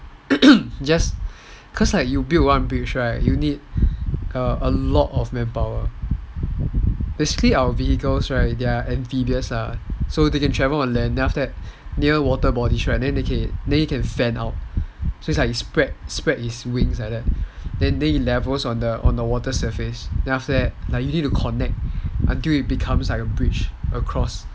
cause you like build one bridge right you need a lot of manpower basically our vehicles right they are amphibious ah so they can travel on land then near water bodies it can fan out so it spreads its wings like that so it levels on a water surface then after that you need to connect until it becomes like a bridge across